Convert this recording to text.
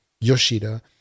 Yoshida